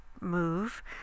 move